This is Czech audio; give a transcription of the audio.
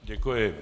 Děkuji.